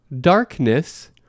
darkness